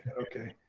okay.